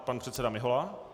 Pan předseda Mihola.